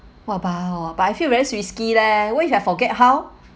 but I feel very risky leh what if I forget how